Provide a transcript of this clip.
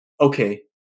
okay